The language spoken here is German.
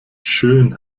schön